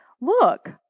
Look